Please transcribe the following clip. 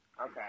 Okay